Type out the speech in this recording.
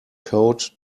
coat